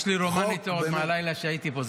יש לי רומן איתו עוד מהלילה שהייתי פה.